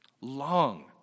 long